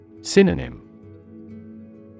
Synonym